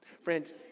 Friends